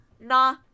nah